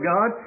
God